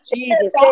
Jesus